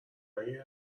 های